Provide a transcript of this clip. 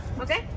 Okay